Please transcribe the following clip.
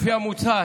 לפי המוצע,